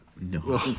No